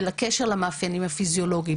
ולקשר למאפיינים הפיזיולוגיים.